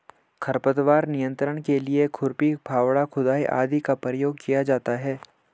खरपतवार नियंत्रण के लिए खुरपी, फावड़ा, खुदाई आदि का प्रयोग किया जाता है